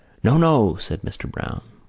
no, no! said mr. browne.